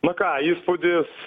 na ką įspūdis